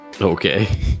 Okay